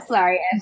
Sorry